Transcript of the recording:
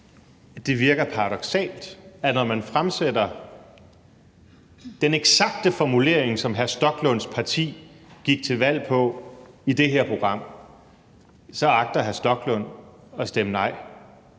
sal virker paradoksalt, at når man fremsætter et forslag med den eksakte formulering, som hr. Rasmus Stoklunds parti gik til valg på, i det her program, så agter hr. Rasmus Stoklund at stemme nej?